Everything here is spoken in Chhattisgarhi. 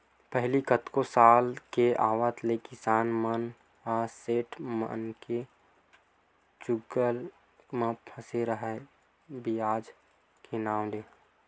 पहिली कतको साल के आवत ले किसान मन ह सेठ मनके चुगुल म फसे राहय बियाज के नांव ले